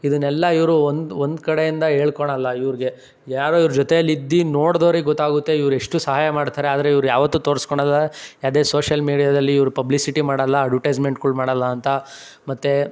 ಇದನ್ನೆಲ್ಲ ಇವರು ಒಂದು ಒಂದು ಕಡೆಯಿಂದ ಹೇಳ್ಕೊಳಲ್ಲ ಇವ್ರಿಗೆ ಯಾರು ಇವ್ರ ಜೊತೇಲಿ ಇದ್ದು ನೋಡ್ದೋರಿಗೆ ಗೊತ್ತಾಗುತ್ತೆ ಇವ್ರು ಎಷ್ಟು ಸಹಾಯ ಮಾಡ್ತಾರೆ ಆದರೆ ಇವ್ರು ಯಾವತ್ತೂ ತೋರ್ಸ್ಕೊಳೋಲ್ಲ ಯಾವುದೇ ಸೋಷಿಯಲ್ ಮೀಡಿಯಾದಲ್ಲಿ ಇವ್ರು ಪಬ್ಲಿಸಿಟಿ ಮಾಡಲ್ಲ ಅಡ್ವುಟೈಸ್ಮೆಂಟ್ಗಳು ಮಾಡಲ್ಲ ಅಂತ ಮತ್ತೆ